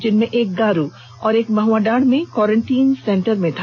जिसमें एक गारु व एक महआडांड़ में क्वारेंटाइन सेंटर में था